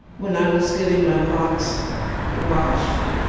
when i was getting my locks washed,